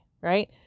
right